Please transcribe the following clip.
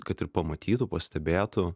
kad ir pamatytų pastebėtų